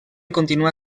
continua